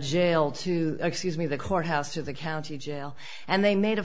jail to excuse me the courthouse to the county jail and they made a